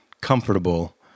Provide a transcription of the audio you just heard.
comfortable